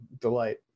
delight